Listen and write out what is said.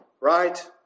Right